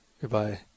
Goodbye